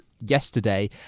yesterday